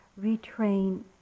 retrain